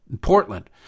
Portland